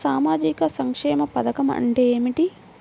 సామాజిక సంక్షేమ పథకం అంటే ఏమిటి?